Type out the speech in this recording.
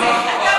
זה לא נכון.